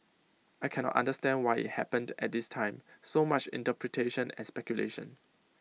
I cannot understand why IT happened at this time so much interpretation and speculation